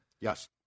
Yes